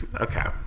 Okay